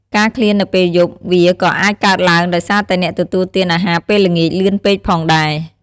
ការឃ្លាននៅពេលយប់ វាក៏អាចកើតឡើងដោយសារតែអ្នកទទួលទានអាហារពេលល្ងាចលឿនពេកផងដែរ។